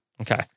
Okay